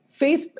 Facebook